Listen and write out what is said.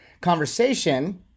conversation